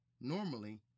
Normally